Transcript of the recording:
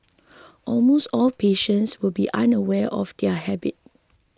almost all patients will be unaware of their habit